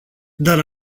dar